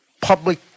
public